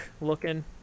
looking